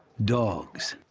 dogs